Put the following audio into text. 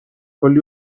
کلی